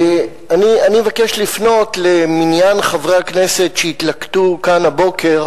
אבקש לפנות למניין חברי הכנסת שהתלקטו כאן הבוקר